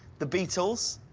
the beatles,